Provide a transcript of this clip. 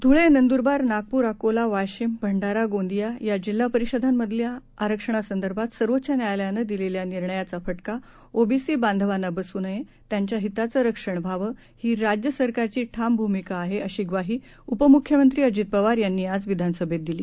धुळे नंदुरबार नागपूर अकोला वाशिम भंडारा गोंदिया या जिल्हा परिषदांमधील आरक्षणासंर्भात सर्वोच्च न्यायालयानं दिलेल्या निर्णयाचा फटका ओबीसी बांधवांना बसू नये त्यांच्या हिताचं रक्षण व्हावं ही राज्य सरकारची ठाम भूमिका आहे अशी ग्वाही उपमुख्यमंत्री अजित पवार यांनी आज विधानसभेत दिली